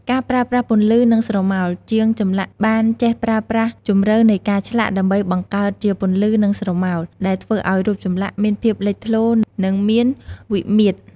ការប្រើប្រាស់ពន្លឺ និងស្រមោល ជាងចម្លាក់បានចេះប្រើប្រាស់ជម្រៅនៃការឆ្លាក់ ដើម្បីបង្កើតជាពន្លឺ និងស្រមោល ដែលធ្វើឱ្យរូបចម្លាក់មានភាពលេចធ្លោរ និងមានវិមាត្រ។